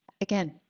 Again